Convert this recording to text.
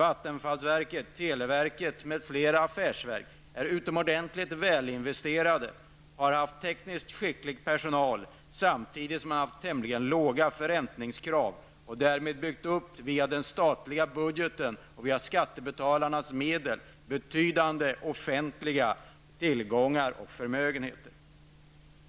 Vattenfallsverket, televerket m.fl. affärsverk är utomordentligt välinvesterade. Man har haft tekniskt skicklig personal, samtidigt som man har haft tämligen låga förräntningskrav. Därmed har man, via den statliga budgeten och skattebetalarnas medel, byggt upp betydande offentliga tillgångar och förmögenheter.